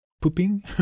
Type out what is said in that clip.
pooping